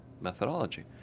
methodology